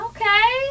Okay